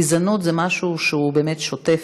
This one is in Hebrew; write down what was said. גזענות זה משהו שהוא באמת שוטף,